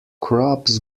crops